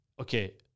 Okay